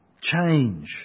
Change